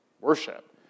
worship